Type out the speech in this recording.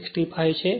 65 છે